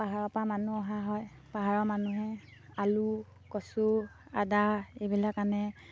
পাহাৰৰপৰা মানুহ অহা হয় পাহাৰৰ মানুহে আলু কচু আদা এইবিলাক আনে